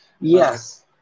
Yes